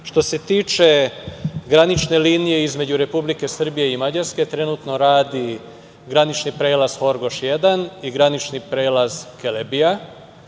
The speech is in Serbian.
se tiče granične linije između Republike Srbije i Mađarske, trenutno radi granični prelaz Horgoš 1 i granični prelaz Kelebija,